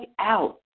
out